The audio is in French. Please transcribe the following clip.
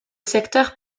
secteur